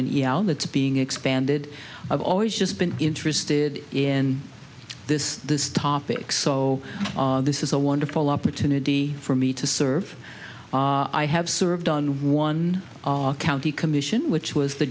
that's being expanded i've always just been interested in this this topic so this is a wonderful opportunity for me to serve i have served on one county commission which was the